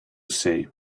say